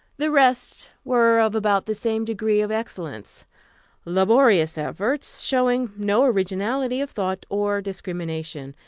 the rest were of about the same degree of excellence laborious efforts, showing no originality of thought or discrimination.